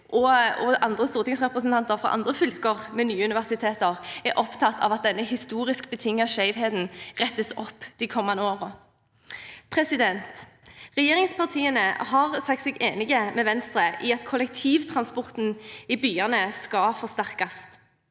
og andre stortingsrepresentanter fra andre fylker med nye universiteter er opptatt av at denne historisk betingede skjevheten rettes opp de kommende årene. Regjeringspartiene har sagt seg enig med Venstre i at kollektivtransporten i byene skal forsterkes,